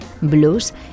blues